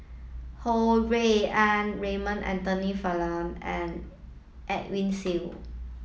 Ho Rui An Raymond Anthony Fernando and Edwin Siew